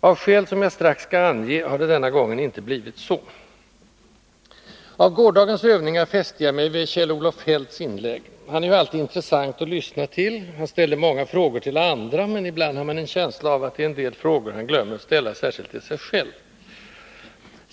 Av skäl som jag strax skall ange har det denna gång inte blivit så. Av gårdagens övningar fäste jag mig vid Kjell-Olof Feldts inlägg. Han är ju alltid intressant att lyssna till, han ställer många frågor till andra, men ibland har man en känsla av att det är en del frågor han glömmer att ställa, särskilt till sig själv.